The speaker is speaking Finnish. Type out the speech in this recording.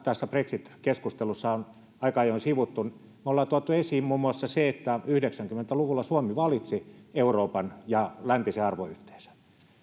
tässä brexit keskustelussa on aika ajoin sivuttu me olemme tuoneet esiin muun muassa sen että yhdeksänkymmentä luvulla suomi valitsi euroopan ja läntisen arvoyhteisön